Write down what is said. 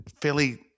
fairly